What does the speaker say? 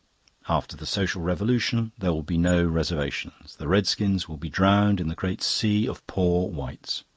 after the social revolution there will be no reservations the redskins will be drowned in the great sea of poor whites.